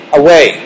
away